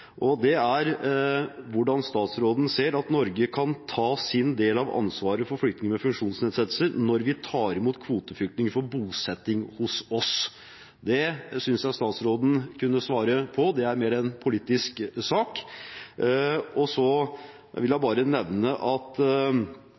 Det handler om hvordan statsråden ser at Norge kan ta sin del av ansvaret for flyktninger med funksjonsnedsettelser når vi tar imot kvoteflyktninger for bosetting hos oss. Det synes jeg statsråden kunne svare på. Det er mer en politisk sak. Så vil jeg